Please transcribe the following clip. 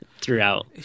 throughout